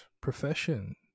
profession